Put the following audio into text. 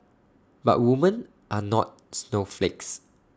but women are not snowflakes